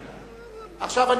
עכשיו,